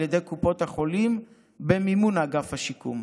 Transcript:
ידי קופות החולים במימון אגף השיקום.